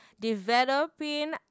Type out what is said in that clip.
Developing